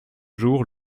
jours